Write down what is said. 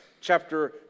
chapter